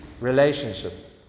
relationship